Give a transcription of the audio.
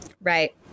right